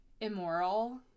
immoral